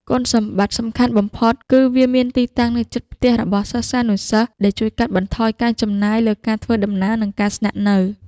គុណសម្បត្តិសំខាន់បំផុតគឺវាមានទីតាំងនៅជិតផ្ទះរបស់សិស្សានុសិស្ស ដែលជួយកាត់បន្ថយការចំណាយលើការធ្វើដំណើរនិងការស្នាក់នៅ។